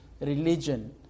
religion